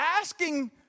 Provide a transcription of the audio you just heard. asking